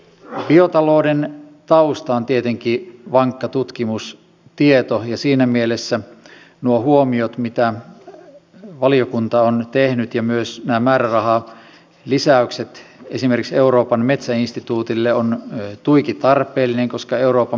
biotalouden tausta on tietenkin vankka tutkimustieto ja siinä mielessä nuo huomiot mitä valiokunta on tehnyt ja myös nämä määrärahalisäykset esimerkiksi euroopan metsäinstituutille ovat tuiki tarpeellisia